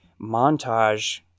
montage